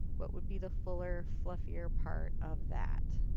what would be the fuller fluffier part of that.